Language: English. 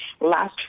last